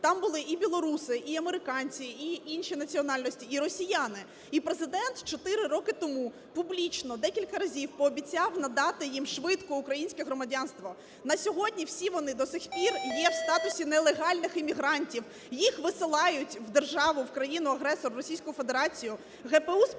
Там були і білоруси, і американці, і інші національності, і росіяни. І Президент 4 роки тому публічно декілька разів пообіцяв надати їм швидко українське громадянство. На сьогодні всі вони до сих пір є в статусі нелегальних мігрантів, їх висилають в державу, в країну-агресор Російську Федерацію. ГПУ співпрацює